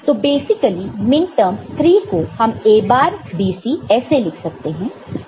तो basically minterm 3 को हम A बार B C ऐसे लिख सकते हैं